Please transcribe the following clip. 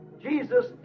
Jesus